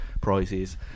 prizes